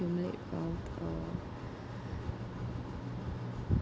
accumulate wealth or